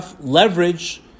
leverage